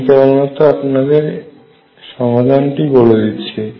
আমি কেবলমাত্র আপনাদের এর সমাধান টি বলে দিচ্ছি